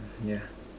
yeah